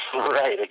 Right